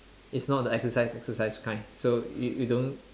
it's not the exercise exercise kind so you you don't